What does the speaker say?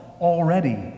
already